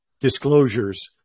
disclosures